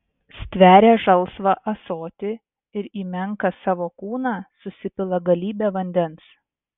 stveria žalsvą ąsotį ir į menką savo kūną susipila galybę vandens